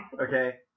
Okay